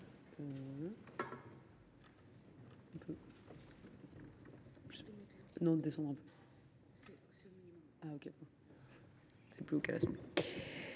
Merci